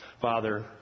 father